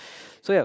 so ya